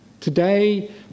Today